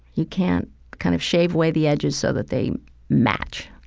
you can't kind of shave away the edges so that they match.